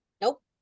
nope